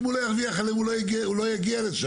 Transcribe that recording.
אם הוא לא ירוויח עליהן הוא לא יגיע לשם.